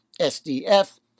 SDF